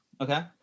Okay